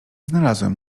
znalazłem